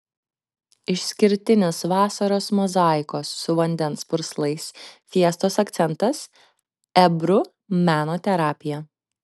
išskirtinis vasaros mozaikos su vandens purslais fiestos akcentas ebru meno terapija